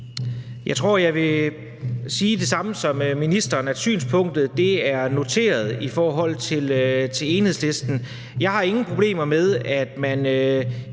Jeg tror, jeg vil sige det samme som ministeren, nemlig at synspunktet er noteret i forhold til Enhedslisten. Jeg har ingen problemer med, at man